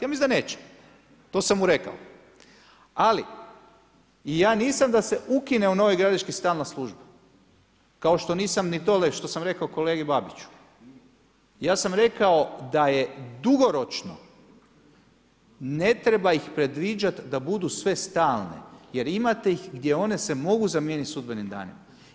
Ja mislim da neće, to sam mu rekao, ali ja nisam da se ukine u Novoj Gradiški stalna služba, kao što nisam ni dole, što sam rekao kolegi Babiću, je sam rekao, da je dugoročno ne treba ih predviđati da budu sve stalne, jer imate ih gdje one se mogu zamijeniti sudbenim danima.